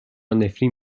نفرین